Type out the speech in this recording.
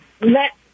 let